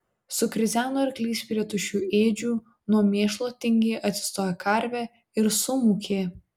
sukrizeno arklys prie tuščių ėdžių nuo mėšlo tingiai atsistojo karvė ir sumūkė